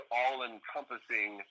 all-encompassing